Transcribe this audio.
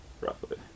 Roughly